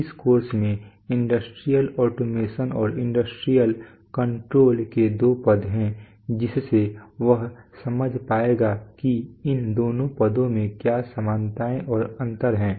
इस कोर्स में industrial automation और इंडस्ट्रियल कंट्रोल के दो पद हैं जिससे वह समझ पाएगा कि इन दोनों पदों में क्या समानताएं और अंतर हैं